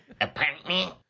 Apartment